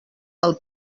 els